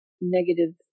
negative